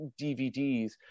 DVDs